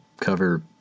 cover